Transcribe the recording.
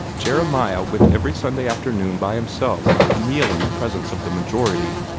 jeremiah went every sunday afternoon by himself to kneel in the presence of the majority,